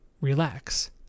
relax